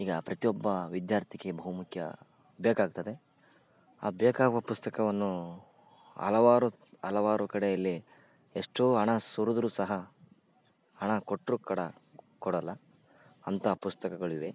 ಈಗ ಪ್ರತಿಯೊಬ್ಬ ವಿದ್ಯಾರ್ಥಿಗೆ ಬಹುಮುಖ್ಯ ಬೇಕಾಗ್ತದೆ ಆ ಬೇಕಾಗುವ ಪುಸ್ತಕವನ್ನು ಹಲವಾರು ಹಲವಾರು ಕಡೆಯಲ್ಲಿ ಎಷ್ಟೋ ಹಣ ಸುರಿದರೂ ಸಹ ಹಣ ಕೊಟ್ಟರೂ ಕೂಡ ಕೊಡಲ್ಲ ಅಂತ ಪುಸ್ತಕಗಳಿವೆ